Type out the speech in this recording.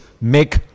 make